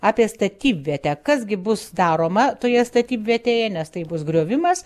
apie statybvietę kas gi bus daroma toje statybvietėje nes tai bus griovimas